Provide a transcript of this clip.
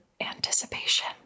anticipation